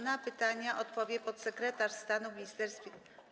Na pytania odpowie podsekretarz stanu w ministerstwie.